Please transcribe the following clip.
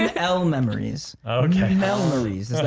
and l memories ok memories